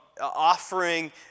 offering